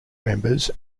members